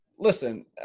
Listen